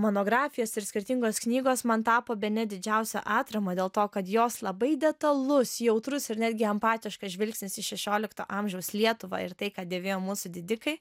monografijos ir skirtingos knygos man tapo bene didžiausia atrama dėl to kad jos labai detalus jautrus ir netgi empatiškas žvilgsnis į šešiolikto amžiaus lietuvą ir tai ką dėvėjo mūsų didikai